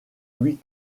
huit